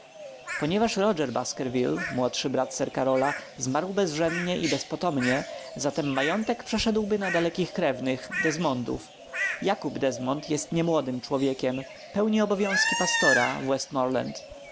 ponieważ roger baskerville młodszy brat sir karola zmarł bezżennie i bezpotomnie zatem majątek przeszedłby na dalekich krewnych desmondów jakób desmond jest niemłodym człowiekiem pełni obowiązki